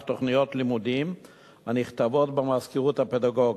תוכניות לימודים הנכתבות במזכירות הפדגוגית.